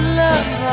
love